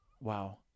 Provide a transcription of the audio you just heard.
Wow